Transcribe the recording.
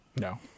No